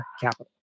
Capital